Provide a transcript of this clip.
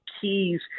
keys